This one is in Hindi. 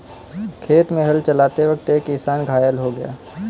खेत में हल चलाते वक्त एक किसान घायल हो गया